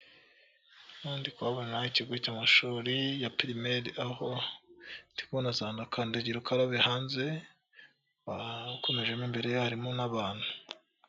Hano ndi kuhabona ikigo cy'amashuri ya pirimeri aho ndi kubona za kandagira ukarabe hanze, bakomejemo imbere harimu n'abantu.